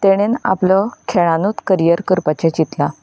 ताणेन आपलो खेळांनूच करियर करपाचें चिंतलां